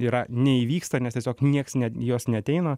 yra neįvyksta nes tiesiog niekas net į juos neateina